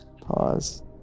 Pause